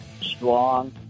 strong